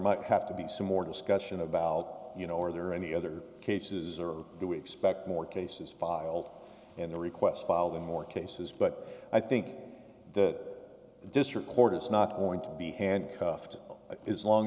might have to be some more discussion about you know are there any other cases or do we expect more cases filed in the requests filed in more cases but i think that the district court is not going to be handcuffed is long